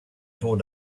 tore